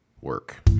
work